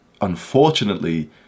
unfortunately